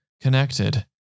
connected